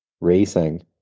racing